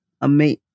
amazing